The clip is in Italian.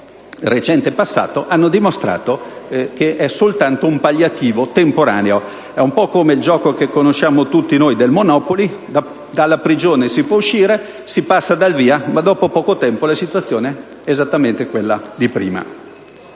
nel recente passato, hanno dimostrato che sono soltanto un palliativo temporaneo. È un po' come il gioco, che conosciamo tutti, del Monopoli: dalla prigione si può uscire. Si passa dal via, ma dopo poco tempo la situazione torna ad essere esattamente quella di prima.